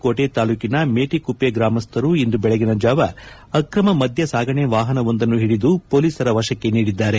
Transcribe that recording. ಕೋಟೆ ತಾಲೂಕಿನ ಮೇಟಿಕುಪ್ಪೆ ಗ್ರಾಮಸ್ವರು ಇಂದು ಬೆಳಗಿನ ಜಾವ ಅಕ್ರಮ ಮದ್ಯ ಸಾಗಣೆ ವಾಹನವೊಂದನ್ನು ಹಿಡಿದು ಪೊಲೀಸರ ವಶಕ್ಕೆ ನೀಡಿದ್ದಾರೆ